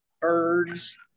birds